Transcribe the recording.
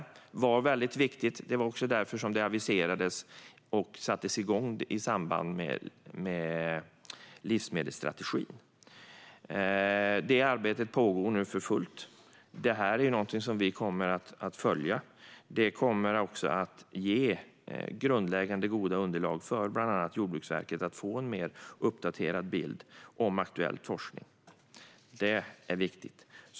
Det var väldigt viktigt, och det var också därför det aviserades och sattes igång i samband med livsmedelsstrategin. Det arbetet pågår nu för fullt och är någonting som vi kommer att följa. Det kommer också att ge grundläggande goda underlag för bland annat Jordbruksverket att få en mer uppdaterad bild om aktuell forskning. Det är viktigt.